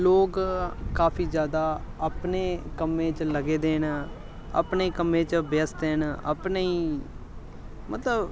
लोग काफी व्यस्त न अपने गै मतलब